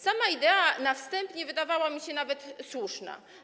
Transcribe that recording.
Sama idea na wstępie wydawała mi się nawet słuszna.